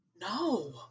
No